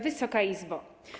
Wysoka Izbo!